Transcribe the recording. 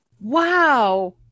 Wow